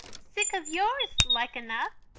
sick of yours, like enough!